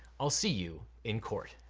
i'll see you in court.